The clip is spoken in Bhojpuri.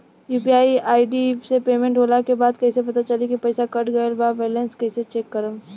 यू.पी.आई आई.डी से पेमेंट होला के बाद कइसे पता चली की पईसा कट गएल आ बैलेंस कइसे चेक करम?